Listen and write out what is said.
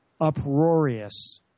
uproarious